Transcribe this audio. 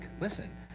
Listen